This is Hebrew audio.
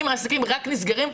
אם העסקים רק נסגרים,